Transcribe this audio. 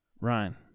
Ryan